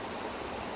mm mm mm